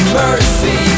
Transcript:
mercy